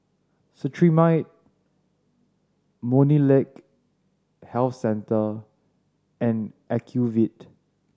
Cetrimide Molnylcke Health Care and Ocuvite